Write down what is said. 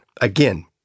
again